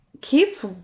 keeps